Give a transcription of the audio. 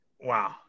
Wow